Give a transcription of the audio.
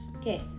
Okay